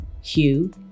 Hugh